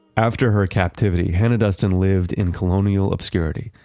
after her captivity, hannah duston lived in colonial obscurity.